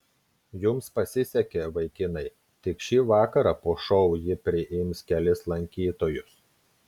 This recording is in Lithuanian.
jums pasisekė vaikinai tik šį vakarą po šou ji priims kelis lankytojus